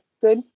good